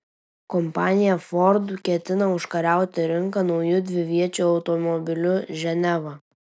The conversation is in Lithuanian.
kompanija ford ketina užkariauti rinką nauju dviviečiu automobiliu ženeva